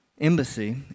embassy